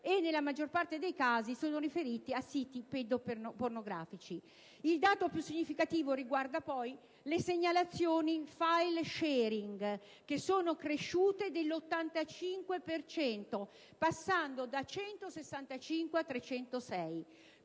nella maggior parte dei casi, a siti pedopornografici. Il dato più significativo riguarda però le segnalazioni di *file sharing* che sono cresciute dell'85,4 per cento passando da 165 a 306.